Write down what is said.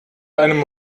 einem